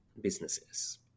businesses